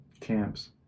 camps